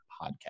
Podcast